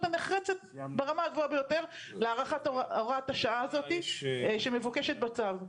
הנחרצת ברמה הגבוהה ביותר להארכת הוראת השעה הזאת שמבוקשת בצו.